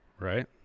right